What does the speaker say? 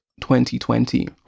2020